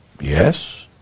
Yes